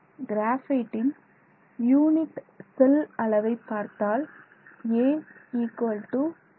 கிராபைட்டின் unit cell அளவை பார்த்தால் ab2